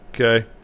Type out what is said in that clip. okay